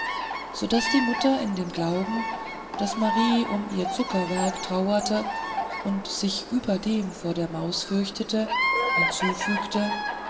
so daß die mutter in dem glauben daß marie um ihr zuckerwerk traure und sich überdem vor der maus fürchte hinzufügte